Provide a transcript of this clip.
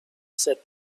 said